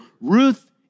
Ruth